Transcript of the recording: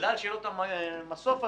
בגלל שיהיה לו את המסוף הזה,